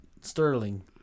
Sterling